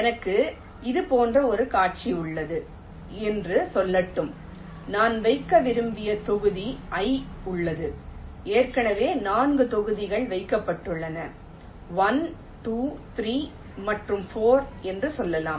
எனக்கு இது போன்ற ஒரு காட்சி உள்ளது என்று சொல்லட்டும் நான் வைக்க விரும்பும் ஒரு தொகுதி 'I' உள்ளது ஏற்கனவே நான்கு தொகுதிகள் வைக்கப்பட்டுள்ளன 1 2 3 மற்றும் 4 என்று சொல்லலாம்